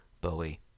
Bowie